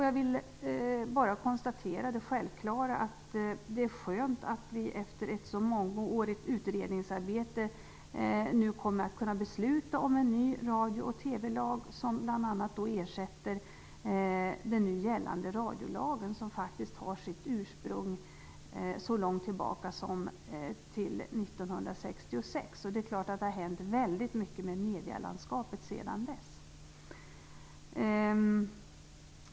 Jag kan bara konstatera det självklara, att det är skönt att vi efter ett så mångårigt utredningsarbete nu kommer att kunna besluta om en ny radio och TV-lag som bl.a. ersätter den nu gällande radiolagen. Den har faktiskt sitt ursprung så långt tillbaka som 1966. Det är klart att det har hänt väldigt mycket med medielandskapet sedan dess.